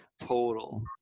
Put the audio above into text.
Total